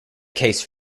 case